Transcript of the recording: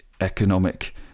economic